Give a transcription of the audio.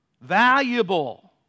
valuable